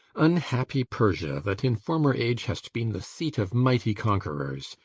unhappy persia that in former age hast been the seat of mighty conquerors,